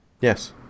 yes